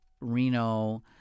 Reno